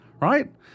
right